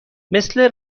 مثل